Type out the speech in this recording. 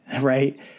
right